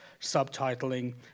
subtitling